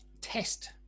test